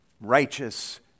righteous